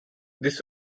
this